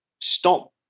stop